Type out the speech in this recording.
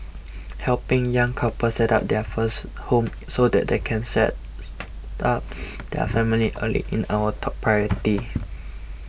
helping young couples set up their first home so that they can start their family early in our top priority